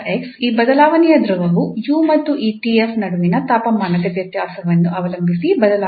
ಈ ಬದಲಾವಣೆಯ ದರವು 𝑢 ಮತ್ತು ಈ 𝑇𝑓 ನಡುವಿನ ತಾಪಮಾನದ ವ್ಯತ್ಯಾಸವನ್ನು ಅವಲಂಬಿಸಿ ಬದಲಾಗುತ್ತದೆ